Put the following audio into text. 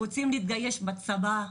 רוצים להתגייס לצבא,